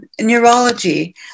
neurology